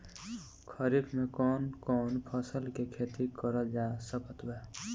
खरीफ मे कौन कौन फसल के खेती करल जा सकत बा?